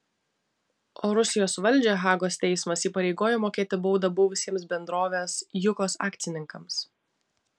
o rusijos valdžią hagos teismas įpareigojo mokėti baudą buvusiems bendrovės jukos akcininkams